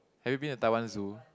have you been to Taiwan zoo